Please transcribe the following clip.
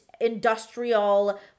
industrial